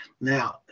Now